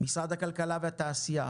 משרד הכלכלה והתעשייה,